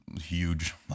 Huge